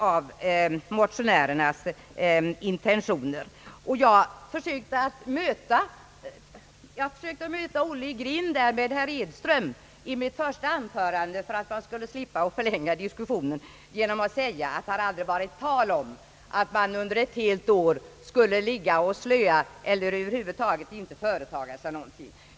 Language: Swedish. När det gäller herr Edströms invändningar försökte jag mota Olle i grind i mitt första anförande för att jag skulle slippa att förlänga diskussionen, Jag sade då, att det aldrig varit tal om att man under ett helt år skulle ligga och slöa och över huvud taget inte företa sig någonting.